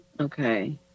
Okay